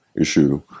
issue